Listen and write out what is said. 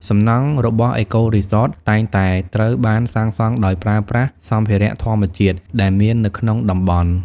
សំណង់របស់ អេកូរីសត តែងតែត្រូវបានសាងសង់ដោយប្រើប្រាស់សម្ភារៈធម្មជាតិដែលមាននៅក្នុងតំបន់។